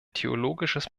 theologisches